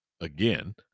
again